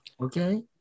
Okay